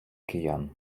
киян